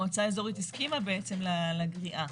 המועצה המקומית הסכימה בעצם לגריעה.